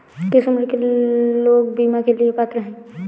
किस उम्र के लोग बीमा के लिए पात्र हैं?